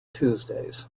tuesdays